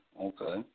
okay